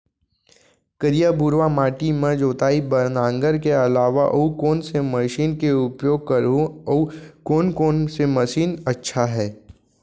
करिया, भुरवा माटी म जोताई बार नांगर के अलावा अऊ कोन से मशीन के उपयोग करहुं अऊ कोन कोन से मशीन अच्छा है?